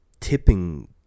tipping